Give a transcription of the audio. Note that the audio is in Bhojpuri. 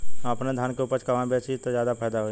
हम अपने धान के उपज कहवा बेंचि त ज्यादा फैदा होई?